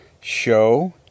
show